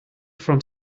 from